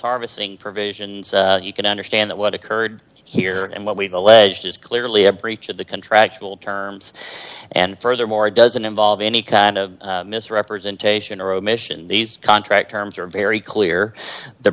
harvesting provisions you can understand that what occurred here and what we've alleged is clearly a breach of the contractual terms and furthermore it doesn't involve any kind of misrepresentation or omission these contract terms are a very clear